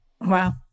Wow